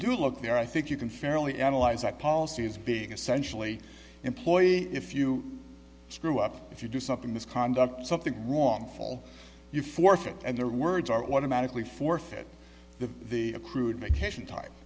do look there i think you can fairly analyze that policy is being essentially employee if you screw up if you do something misconduct something wrong all you forfeit and their words are automatically forfeit the the accrued vacation time